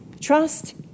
Trust